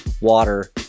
water